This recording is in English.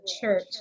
church